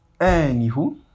Anywho